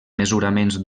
mesuraments